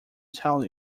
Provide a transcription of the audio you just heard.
tell